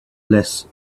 less